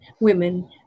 women